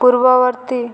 ପୂର୍ବବର୍ତ୍ତୀ